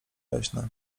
leśne